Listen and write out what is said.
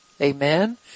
Amen